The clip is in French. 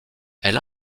elle